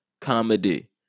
comedy